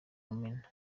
mumena